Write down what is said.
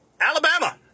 Alabama